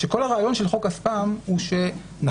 שכל הרעיון של חוק הספאם הוא שנכון,